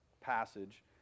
passage